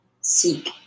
seek